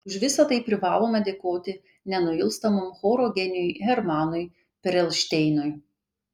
už visa tai privalome dėkoti nenuilstamam choro genijui hermanui perelšteinui